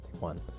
one